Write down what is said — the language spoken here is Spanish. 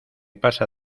pasa